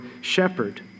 shepherd